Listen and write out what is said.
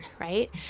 right